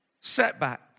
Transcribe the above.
setback